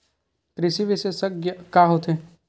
कृषि विशेषज्ञ का होथे?